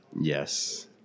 Yes